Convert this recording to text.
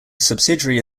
subsidiary